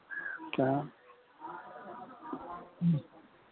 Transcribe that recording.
क्या ह्म्म